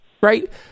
right